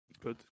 good